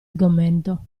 sgomento